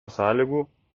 sąlygų